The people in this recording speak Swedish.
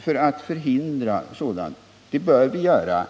för att förhindra våldsbrottsligheten.